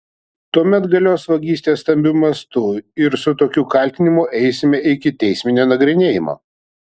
tuomet galios vagystė stambiu mastu ir su tokiu kaltinimu eisime iki teisminio nagrinėjimo